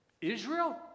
Israel